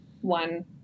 one